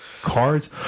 cards